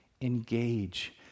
engage